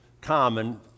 common